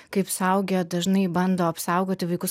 kaip suaugę dažnai bando apsaugoti vaikus